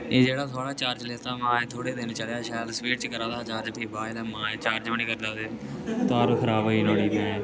एह् जेह्ड़ा थुआढ़ा चार्ज लैता हा मा थोह्डे़ दिन चलेआ शैल स्पीड च करा दा हा चार्ज फ्ही बाद च माऐ चार्ज बी निं करदा ते तार बी खराब होई नुहाड़ी भेंऽ